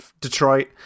detroit